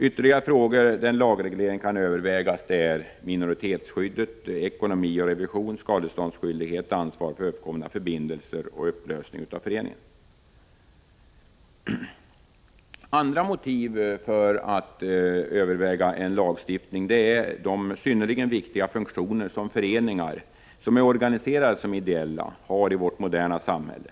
Ytterligare frågor där en lagreglering kan övervägas är minoritetsskyddet, ekonomi och revision, skadeståndsskyldighet, ansvar för uppkomna förbindelser och upplösning av förening. Andra motiv för att överväga en lagstiftning är de synnerligen viktiga funktioner som föreningar som är organiserade som ideella har i vårt moderna samhälle.